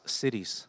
cities